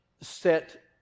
set